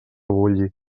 bulli